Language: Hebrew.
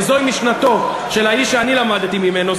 וזוהי משנתו של האיש שאני למדתי ממנו,